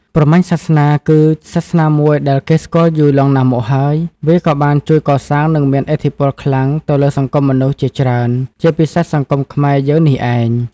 ព្រហ្មញ្ញសាសនា គឺសាសនាមួយដែលគេស្គាល់យូរលង់ណាស់មកហើយ វាក៏បានជួយកសាង និងមានឥទ្ធិពលខ្លាំងទៅលើសង្គមមនុស្សជាច្រើន ជាពិសេស សង្គមខ្មែរ យើងនេះឯង។